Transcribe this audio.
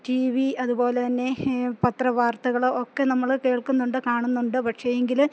T V അതുപോലെത്തന്നെ പത്രവാർത്തകളൊക്കെ നമ്മള് കേൾക്കുന്നുണ്ട് കാണുന്നുണ്ട് പക്ഷേ എങ്കില്